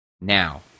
now